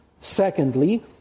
Secondly